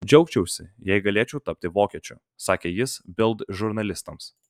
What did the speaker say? džiaugčiausi jei galėčiau tapti vokiečiu sakė jis bild žurnalistams